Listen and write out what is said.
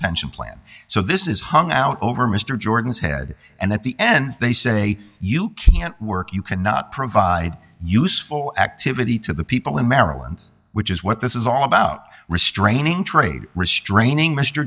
pension plan so this is hung out over mr jordan's head and at the end they say you can't work you cannot provide useful activity to the people in maryland which is what this is all about restraining trade restraining mr